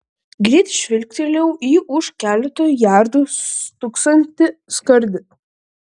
greit žvilgtelėjau į už keleto jardų stūksantį skardį